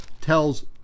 tells